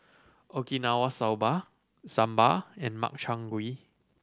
Okinawa Soba Sambar and Makchang Gui